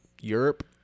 Europe